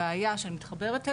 הבעיה שאני מתחברת אליה,